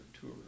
tour